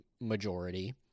majority